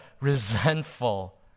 resentful